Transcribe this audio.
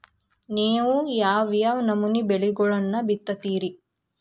ನೇವು ಯಾವ್ ಯಾವ್ ನಮೂನಿ ಬೆಳಿಗೊಳನ್ನ ಬಿತ್ತತಿರಿ?